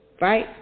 Right